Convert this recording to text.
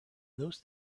those